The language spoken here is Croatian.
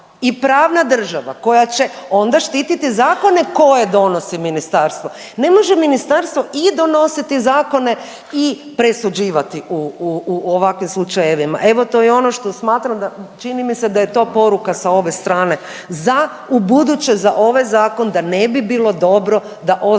i pravna država koja će onda štititi zakone koje donosi Ministarstvo. Ne može ministarstvo i donositi zakone i presuđivati u ovakvim slučajevima. Evo, to je ono što smatram da, čini mi se da je to poruka sa ove strane za ubuduće za ovaj Zakon, da ne bi bilo dobro da ostane